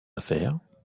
affaires